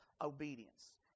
obedience